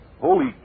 holy